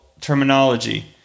terminology